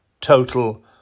total